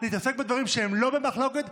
להתעסק בדברים שהם לא במחלוקת,